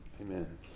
Amen